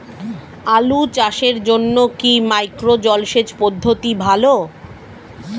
আলু চাষের জন্য কি মাইক্রো জলসেচ পদ্ধতি ভালো?